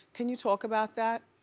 can you talk about that?